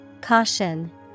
Caution